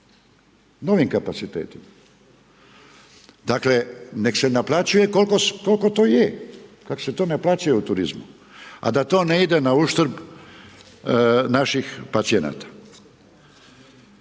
Novi kapacitetima. Dakle, nek se naplaćuje koliko to je, nek se top naplaćuje u turizmu. A da to ne ide na nauštrb naših pacijenata.